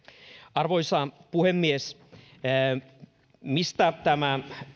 arvoisa puhemies mistä tämä